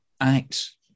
acts